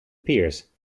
pierce